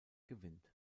gewinnt